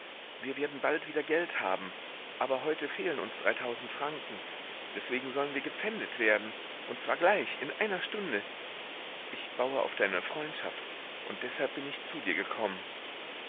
wir werden bald wieder geld haben aber heute fehlen uns dreitausend franken deswegen sollen wir gepfändet werden und zwar gleich in einer stunde ich baue auf deine freundschaft und deshalb bin zu dir gekommen